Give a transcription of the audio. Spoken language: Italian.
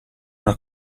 una